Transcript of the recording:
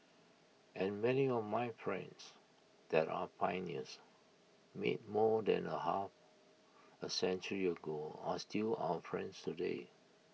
and many of my friends that our pioneers made more than A half A century ago are still our friends today